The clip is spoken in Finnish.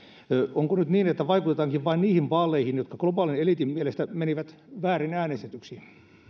onko nyt niin että vain niihin vaaleihin vaikutettiinkin jotka globaalin eliitin mielestä menivät väärin äänestetyiksi